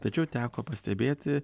tačiau teko pastebėti